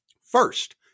First